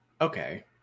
okay